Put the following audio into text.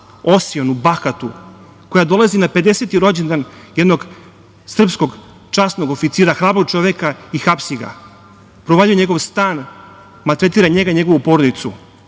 osionu, bahatu koja dolazi na pedeseti rođendan jednog srpskog časnog oficira, hrabrog čoveka i hapsi ga, provaljuje njegov stan, maltretira njega i njegovu porodicu.